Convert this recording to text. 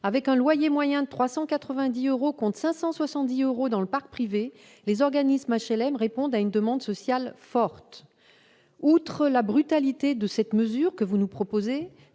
avec un loyer moyen de 390 euros, contre 570 euros dans le parc privé, les organismes HLM répondent à une demande sociale forte. Outre la brutalité de la mesure proposée,